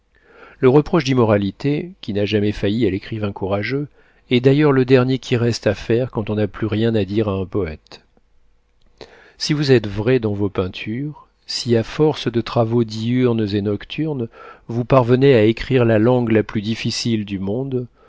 le reproche d'immoralité qui n'a jamais failli à l'écrivain courageux est d'ailleurs le dernier qui reste à faire quand on n'a plus rien à dire à un poëte si vous êtes vrai dans vos peintures si à force de travaux diurnes et nocturnes vous parvenez à écrire la langue la plus difficile du monde